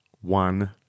One